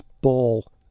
ball